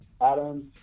Adams